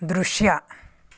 ದೃಶ್ಯ